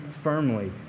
firmly